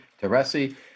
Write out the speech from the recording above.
Teresi